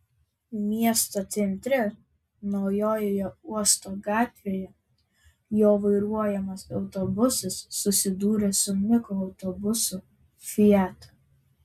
miesto centre naujojoje uosto gatvėje jo vairuojamas autobusas susidūrė su mikroautobusu fiat